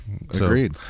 agreed